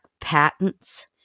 patents